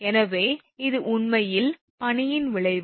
எனவே இது உண்மையில் பனியின் விளைவு